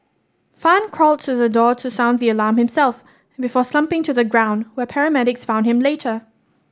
Fan crawled to the door to sound the alarm himself before slumping to the ground where paramedics found him later